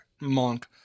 Monk